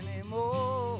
anymore